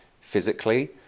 physically